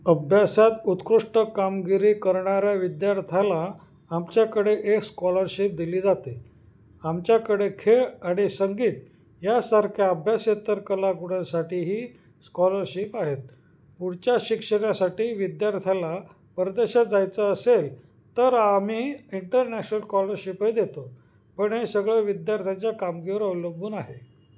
अभ्यासात उत्कृष्ट कामगिरी करणाऱ्या विद्यार्थ्याला आमच्याकडे एक स्कॉलरशिप दिली जाते आमच्याकडे खेळ आणि संगीत यासारख्या अभ्यासेतर कलागुणाांसाठीही स्कॉलरशिप आहेत पुढच्या शिक्षणासाठी विद्यार्थ्याला परदेशात जायचं असेल तर आम्ही इंटरनॅशनल कॉलरशिपही देतो पण हे सगळं विद्यार्थ्यांच्या कामगिरीवर अवलंबून आहे